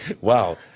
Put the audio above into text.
Wow